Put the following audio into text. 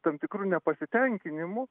tam tikru nepasitenkinimu